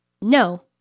No